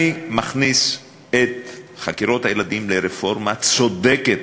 אני מכניס את חקירות הילדים לרפורמה צודקת,